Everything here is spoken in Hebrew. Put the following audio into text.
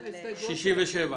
הסתייגות